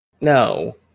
No